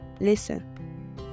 Listen